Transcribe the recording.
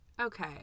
Okay